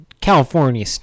California